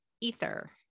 ether